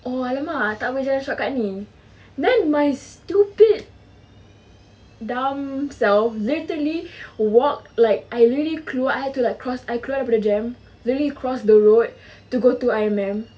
oh !alamak! tak boleh jalan shortcut ni then my stupid dumb self literally walk like I really keluar I had to like cross I keluar daripada JEM really cross the road go to I_M_M